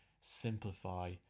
simplify